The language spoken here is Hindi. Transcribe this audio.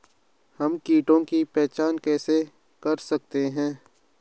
हम कीटों की पहचान कैसे कर सकते हैं?